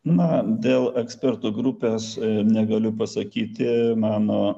na dėl ekspertų grupės negaliu pasakyti mano